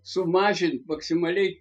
sumažint maksimaliai